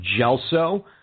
Gelso